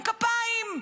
ככה הם לומדים פיזיקה.